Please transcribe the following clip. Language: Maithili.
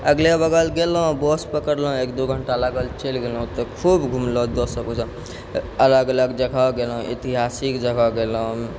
अगले बगल गेलहुँ बस पकड़लहुँ एक दू घण्टा लागल चलि गेलहुँ तऽ खूब घुमलहुँ दोस्त सबके सङ्ग अलग अलग जगह गेलहुँ ऐतिहासिक जगह गेलहुँ